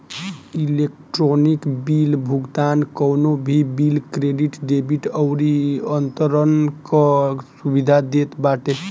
electronic bill भुगतान कवनो भी बिल, क्रेडिट, डेबिट अउरी अंतरण कअ सुविधा देत बाटे